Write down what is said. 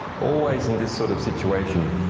always in this sort of situation,